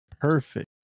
Perfect